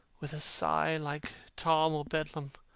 with a sigh like tom o' bedlam